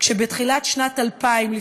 בתחילת שנת 2000,